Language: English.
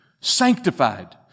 Sanctified